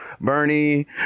Bernie